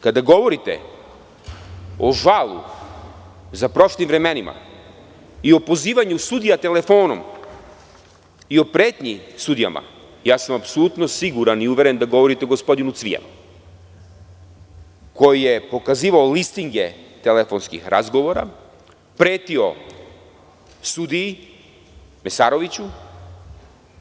Kada govorite o žalu za prošlim vremenima i o pozivanju sudija telefonom i o pretnji sudijama, ja sam apsolutno siguran i uveren da govorite o gospodinu Cvijanu, koji je pokazivao listinge telefonskih razgovora, pretio sudiji Mesarović,